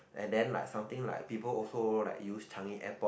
and then like something like people also like use Changi Airport